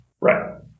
Right